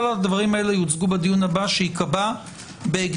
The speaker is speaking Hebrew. כל הדברים האלה יוצגו בדיון הבא שייקבע בהקדם.